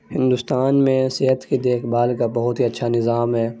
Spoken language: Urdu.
ہندوستان میں صحت کی دیکھ بھال کا بہت ہی اچھا نظام ہے